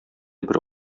бер